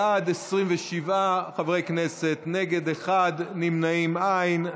בעד, 27 חברי כנסת, נגד, אחד, נמנעים, אין.